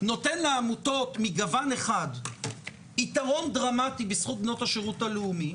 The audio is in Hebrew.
נותן לעמותות מגוון אחד יתרון דרמטי בזכות בנות השירות הלאומי,